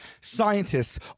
scientists